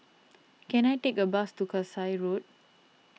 can I take a bus to Kasai Road